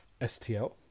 STL